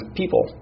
people